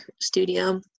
studio